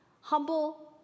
humble